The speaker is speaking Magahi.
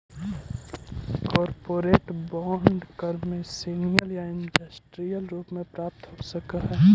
कॉरपोरेट बांड कमर्शियल या इंडस्ट्रियल रूप में प्राप्त हो सकऽ हई